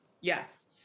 yes